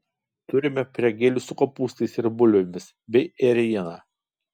turime pyragėlių su kopūstais ir bulvėmis bei ėriena